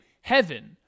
heaven